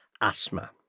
asthma